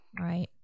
Right